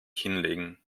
hinlegen